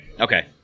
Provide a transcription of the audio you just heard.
Okay